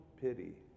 pity